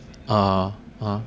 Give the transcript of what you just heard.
(uh huh) !huh!